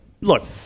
look